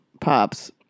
pops